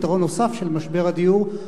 פתרון נוסף של משבר הדיור,